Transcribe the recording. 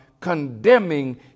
condemning